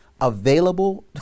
available